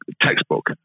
textbook